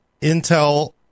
intel